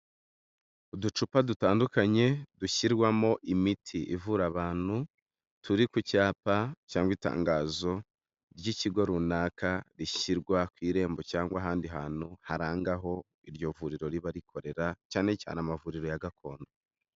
Uducupa dutandukanye dushyirwamo imiti ivura abantu, turi ku cyapa cyangwa itangazo ry'ikigo runaka rishyirwa ku irembo cyangwa ahandi hantu haranga aho iryo vuriro riba rikorera, cyane cyane amavuriro ya gakondo.